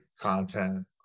content